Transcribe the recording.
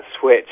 switch